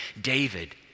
David